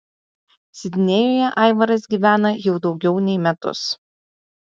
sidnėjuje aivaras gyvena jau daugiau nei metus